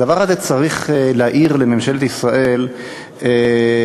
הדבר הזה צריך להדליק אצל ממשלת ישראל אורות